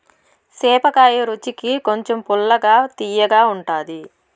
సేపకాయ రుచికి కొంచెం పుల్లగా, తియ్యగా ఉంటాది